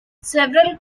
several